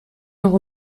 noch